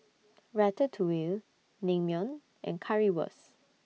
Ratatouille Naengmyeon and Currywurst